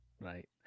right